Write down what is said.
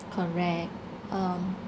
correct um